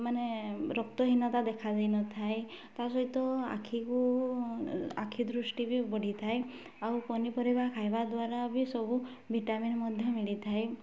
ମାନେ ରକ୍ତହୀନତା ଦେଖା ଦେଇନଥାଏ ତାସହିତ ଆଖିକୁ ଆଖିଦୃଷ୍ଟି ବି ବଢ଼ିଥାଏ ଆଉ ପନିପରିବା ଖାଇବା ଦ୍ୱାରା ବି ସବୁ ଭିଟାମିନ୍ ମଧ୍ୟ ମିଳିଥାଏ